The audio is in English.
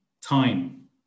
time